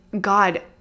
God